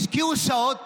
השקיעו שעות,